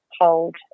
hold